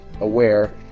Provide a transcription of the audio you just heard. aware